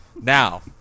Now